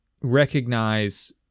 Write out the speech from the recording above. recognize